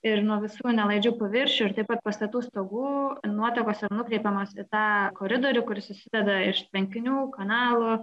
ir nuo visų nelaidžių paviršių ir taip pat pastatų stogų nuotekos yra nukreipiamos į tą koridorių kuris susideda iš tvenkinių kanalų